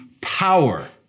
power